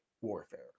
warfare